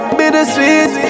bittersweet